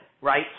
right